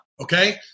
okay